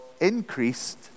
increased